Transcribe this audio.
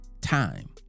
time